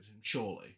surely